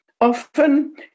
Often